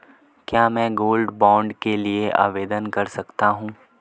क्या मैं gold bond के लिए आवेदन कर सकता हूं?